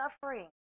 suffering